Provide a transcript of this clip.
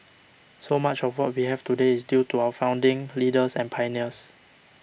so much of what we have today is due to our founding leaders and pioneers